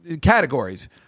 categories